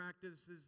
practices